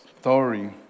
story